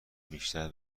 بیشتر